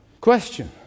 Question